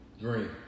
Green